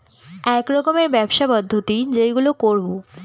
এক রকমের ব্যবসার পদ্ধতি যেইগুলো করবো